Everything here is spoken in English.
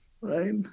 right